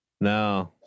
No